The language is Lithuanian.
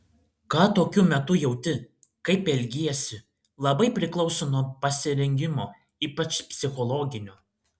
ką tokiu metu jauti kaip elgiesi labai priklauso nuo pasirengimo ypač psichologinio